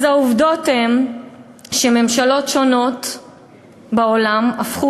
אז העובדות הן שממשלות שונות בעולם הפכו